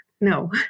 No